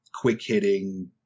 quick-hitting